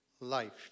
life